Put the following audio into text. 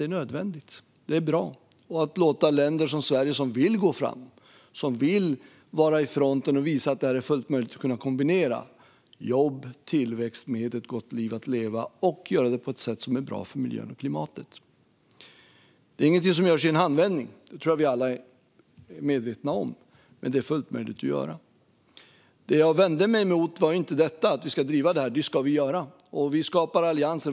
Det är nödvändigt och bra, också att låta länder som Sverige, som vill gå fram och som vill vara i fronten, att visa att det är fullt möjligt att kombinera jobb och tillväxt med ett gott liv att leva och att göra det på ett sätt som är bra för miljön och klimatet. Detta är ingenting som görs i en handvändning, det tror jag vi alla är medvetna om, men det är fullt möjligt att göra. Det som jag vände mig mot var inte att vi ska driva detta; det ska vi göra. Vi skapar allianser.